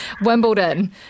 Wimbledon